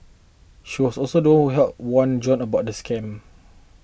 she was also the one who helped warn John about the scam